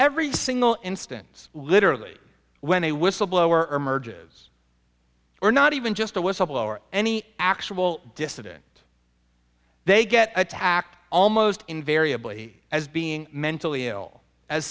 every single instance literally when a whistleblower emerges or not even just a whistleblower any actual dissident they get attacked almost invariably as being mentally ill as